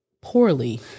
poorly